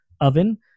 oven